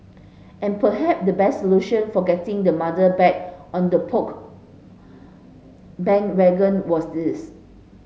and perhaps the best solution for getting the mother back on the Poke bandwagon was this